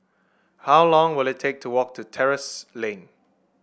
how long will it take to walk to Terrasse Lane